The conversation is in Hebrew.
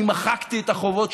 אני מחקתי את החובות,